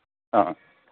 ꯑ